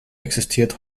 existiert